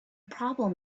problem